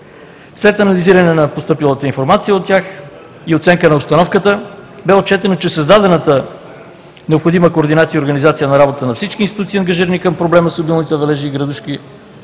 След анализиране на постъпилата информация от тях и оценка на обстановката бе отчетено, че необходимата координация и организация на работа на всички институции, ангажирани към проблема с обилните валежи и градушки,